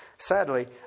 Sadly